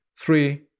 three